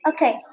Okay